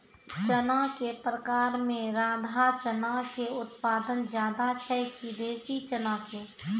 चना के प्रकार मे राधा चना के उत्पादन ज्यादा छै कि देसी चना के?